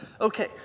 Okay